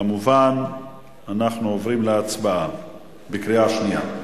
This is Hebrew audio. כמובן שאנחנו עוברים להצבעה בקריאה שנייה.